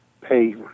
pay